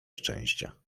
szczęścia